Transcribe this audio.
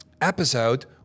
episode